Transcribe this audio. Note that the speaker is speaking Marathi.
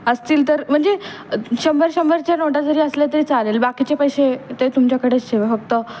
असतील तर म्हणजे शंभर शंभरच्या नोटा जरी असल्या तरी चालेल बाकीचे पैसे ते तुमच्याकडेच ठेवा फक्त